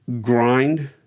grind